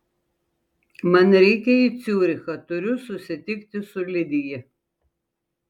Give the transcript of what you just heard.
man reikia į ciurichą turiu susitikti su lidija